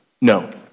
No